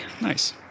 nice